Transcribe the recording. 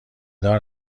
دار